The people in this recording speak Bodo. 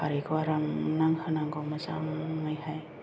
खारैखौ आराम नांहोनांगौ मोजाङैहाय